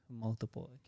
multiple